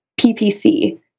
PPC